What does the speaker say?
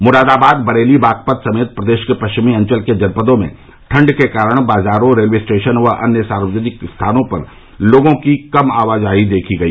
मुरादाबाद बरेली बागपत समेत प्रदेश के पश्चिमी अंचल के जनपदों में ठंड के कारण बाजारों रेलवे स्टेशन व अन्य सार्वजनिक स्थानों पर लोगों की कम आवाजाही देखी गई